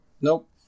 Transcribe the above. Nope